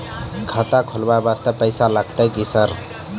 खाता खोलबाय वास्ते पैसो लगते की सर?